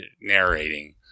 narrating